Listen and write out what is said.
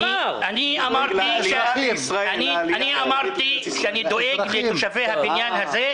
אמרתי שאני דואג לתושבי הבניין הזה,